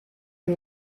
you